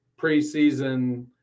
preseason